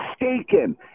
mistaken